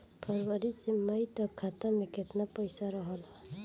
फरवरी से मई तक खाता में केतना पईसा रहल ह?